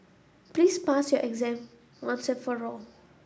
please pass your exam once and for all